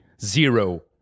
Zero